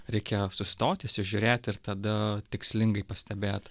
reikia sustot įsižiūrėt ir tada tikslingai pastebėt